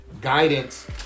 guidance